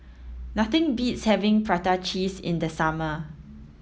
nothing beats having prata cheese in the summer